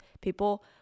people